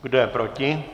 Kdo je proti?